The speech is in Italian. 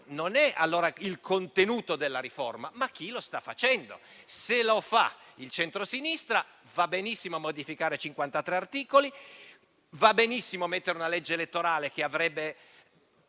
non è il contenuto della riforma, ma chi la sta facendo. Se la fa il centrosinistra, va benissimo modificare 53 articoli, va benissimo approvare una legge elettorale che avrebbe